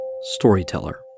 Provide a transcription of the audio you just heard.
storyteller